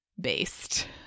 based